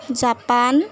Japan